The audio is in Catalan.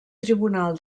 tribunal